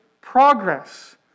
progress